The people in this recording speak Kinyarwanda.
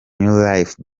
life